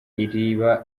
riba